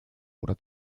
oder